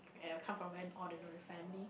and I come from an ordinary family